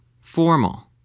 formal